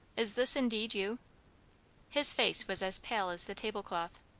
is this indeed you his face was as pale as the table-cloth.